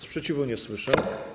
Sprzeciwu nie słyszę.